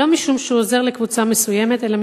"לא משום שהוא עוזר לקבוצה מסוימת אלא